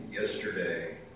yesterday